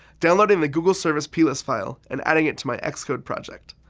downloading the googleservice plist file, and adding it to my xcode project.